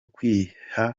kwiha